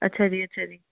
ਅੱਛਾ ਜੀ ਅੱਛਾ ਜੀ